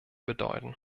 bedeuten